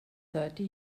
thirty